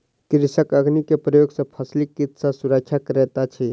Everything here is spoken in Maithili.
कृषक अग्नि के प्रयोग सॅ फसिलक कीट सॅ सुरक्षा करैत अछि